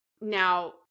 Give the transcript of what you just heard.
Now